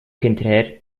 hinterher